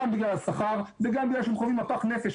גם בגלל השכר וגם בגלל שהם חווים מפח נפש,